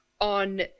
on